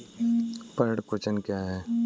पर्ण कुंचन क्या है?